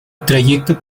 trayectoria